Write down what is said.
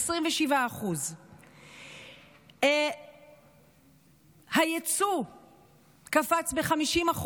27%. הייצוא קפץ ב-50%,